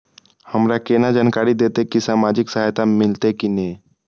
हमरा केना जानकारी देते की सामाजिक सहायता मिलते की ने?